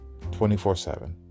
24-7